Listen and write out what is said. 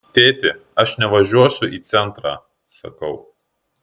tėti aš nevažiuosiu į centrą sakau